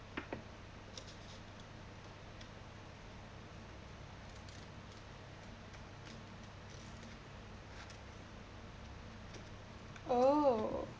oh